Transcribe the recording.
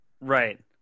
Right